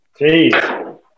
Jeez